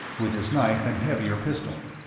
with his knife and heavier pistol.